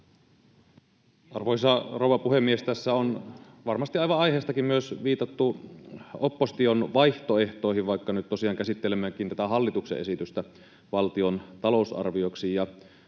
Arvoisa rouva puhemies! Tässä on varmasti aivan aiheestakin myös viitattu opposition vaihtoehtoihin, vaikka nyt tosiaan käsittelemmekin tätä hallituksen esitystä valtion talousarvioksi.